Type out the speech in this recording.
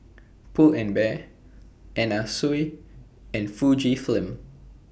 Pull and Bear Anna Sui and Fujifilm